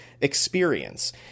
experience